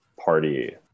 party